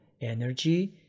energy